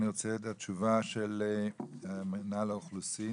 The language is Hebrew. אני רוצה את התשובה של מנהל האוכלוסין,